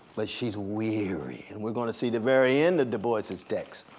but she's weary. and we're going to see the very end of du bois's text,